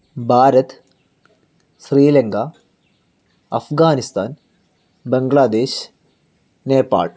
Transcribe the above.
Bharat Sri Lanka Afghanistan Bangladesh Nepal